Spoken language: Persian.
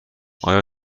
آیا